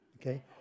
okay